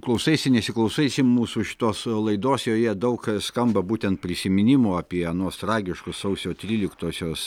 klausaisi nesiklausaisi mūsų šitos laidos joje daug skamba būtent prisiminimų apie anuos tragiškus sausio tryliktosios